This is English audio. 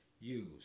use